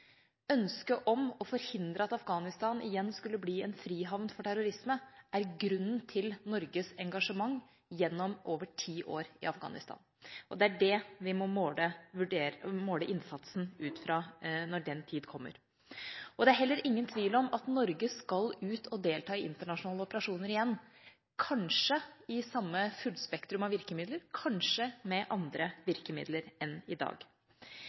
ønske om å forhindre at Afghanistan igjen skulle bli en frihavn for terrorisme, er grunnen til Norges engasjement gjennom over ti år i Afghanistan. Det er det vi må måle innsatsen ut fra når den tid kommer. Det er heller ingen tvil om at Norge skal ut og delta i internasjonale operasjoner igjen, kanskje med samme fullspektrum av virkemidler, kanskje med andre virkemidler enn i dag.